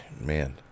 man